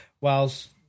Whilst